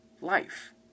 life